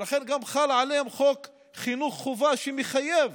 ולכן חל עליהם חוק חינוך חובה, שמחייב